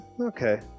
Okay